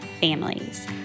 families